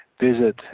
visit